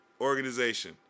organization